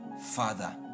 Father